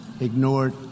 ignored